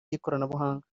ry’ikoranabuhanga